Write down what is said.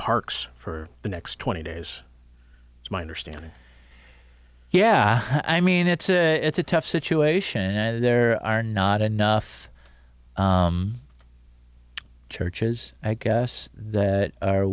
parks for the next twenty days it's my understanding yeah i mean it's a it's a tough situation and there are not enough churches i guess